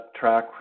track